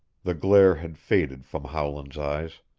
the glare had faded from howland's eyes.